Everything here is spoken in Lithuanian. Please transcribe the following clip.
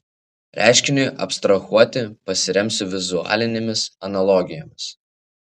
reiškiniui abstrahuoti pasiremsiu vizualinėmis analogijomis